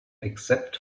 except